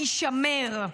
יישמר.